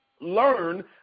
Learn